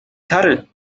تره